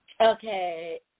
Okay